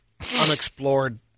unexplored